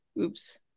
Oops